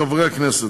חברי הכנסת,